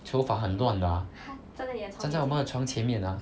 头发很乱的啊站在我们床前面啊